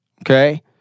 okay